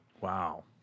Wow